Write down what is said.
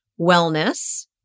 wellness